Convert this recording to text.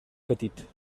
petit